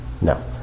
No